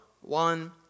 one